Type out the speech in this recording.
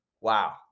wow